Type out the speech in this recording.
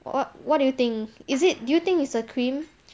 what what do you think is it do you think it's the cream